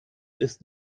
ist